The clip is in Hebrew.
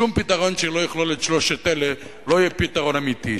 שום פתרון שלא יכלול את שלושת אלה לא יהיה פתרון אמיתי.